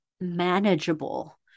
manageable